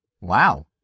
Wow